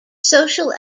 social